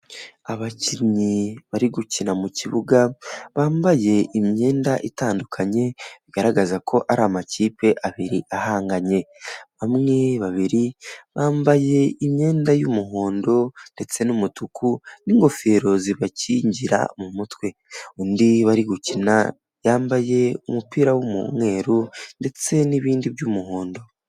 Abakinnyi bari gukina mu kibuga bambaye imyenda itandukanye bigaragaza ko ari amakipe abiri ahanganye, bamwe babiri bambaye imyenda y'umuhondo ndetse n'umutuku n'ingofero zibakingira mu mutwe undi bari gukina yambaye umupira w'umweru ndetse n'ibindi by'umuhondo.